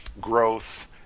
growth